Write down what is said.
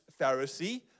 Pharisee